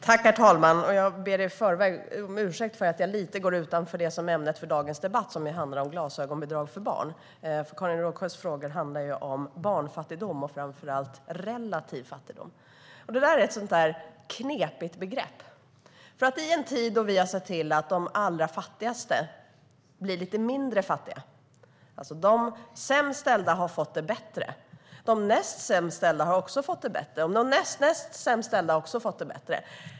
Herr talman! Jag ber i förväg om ursäkt för att jag går lite utanför ämnet för dagens debatt, som är glasögonbidrag för barn. Karin Rågsjös frågor handlade om barnfattigdom och framför allt om relativ fattigdom. Det är ett knepigt begrepp. Vi har sett till att de allra fattigaste har blivit lite mindre fattiga. De sämst ställda har fått det bättre, de näst sämst ställda har också fått det bättre liksom de näst näst sämst ställda.